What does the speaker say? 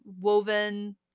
woven